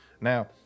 Now